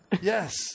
Yes